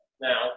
now